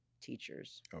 teachers